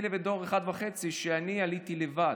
לבין דור אחד וחצי הוא שאני עליתי לבד.